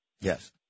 Yes